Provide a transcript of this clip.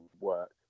work